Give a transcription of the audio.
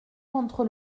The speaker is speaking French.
entre